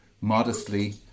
modestly